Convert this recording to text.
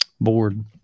board